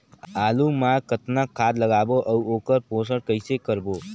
आलू मा कतना खाद लगाबो अउ ओकर पोषण कइसे करबो?